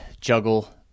juggle